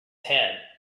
head